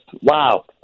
Wow